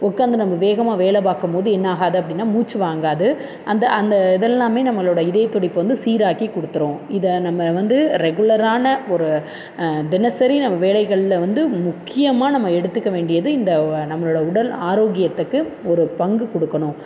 உக்காந்து நம்ம வேகமாக வேலை பார்க்கம் போது என்னாகாது அப்படின்னா மூச்சு வாங்காது அந்த அந்த இதெல்லாமே நம்மளோடய இதய துடிப்பை வந்து சீராக்கி கொடுத்துரும் இதை நம்ம வந்து ரெகுலரான ஒரு தினசரி நம்ம வேலைகளில் வந்து முக்கியமாக நம்ம எடுத்துக்க வேண்டியது இந்த வ நம்மளோடய உடல் ஆரோக்கியத்துக்கு ஒரு பங்கு கொடுக்கணும்